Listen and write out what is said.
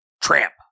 tramp